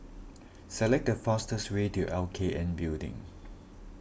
select the fastest way to L K N Building